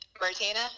martina